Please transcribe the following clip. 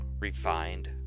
refined